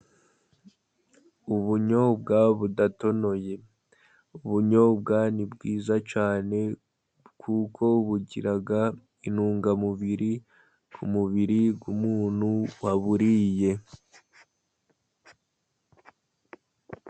Ubunyobwa budatonoye. Ubunyobwa ni bwiza cyane kuko bugira intungamubiri ku mubiri w'umuntu waburiye.